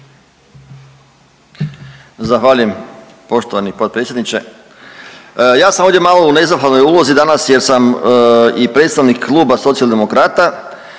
Zahvaljujem poštovani potpredsjedniče. Ja sam ovdje malo u nezahvalnoj ulozi danas jer sam i predstavnik Kluba Socijaldemokrata